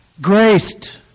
Graced